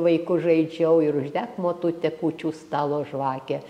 vaiku žaidžiau ir uždek motute kūčių stalo žvakę